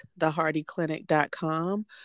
thehardyclinic.com